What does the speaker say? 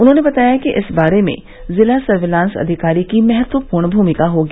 उन्होंने बताया कि इस बारे में जिला सर्विलांस अधिकारी की महत्वपूर्ण भूमिका होगी